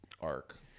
arc